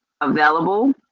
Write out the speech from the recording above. available